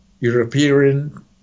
European